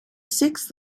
six